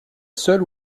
seul